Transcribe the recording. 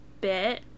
bit